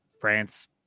France